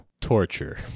torture